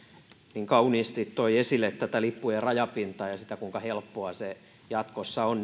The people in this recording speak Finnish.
niin kauniisti toi esille tätä lippujen rajapintaa ja sitä kuinka helppoa se jatkossa on